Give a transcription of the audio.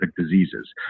diseases